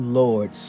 lord